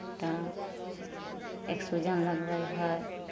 तऽ एक्सोजन लगबै हइ